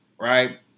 right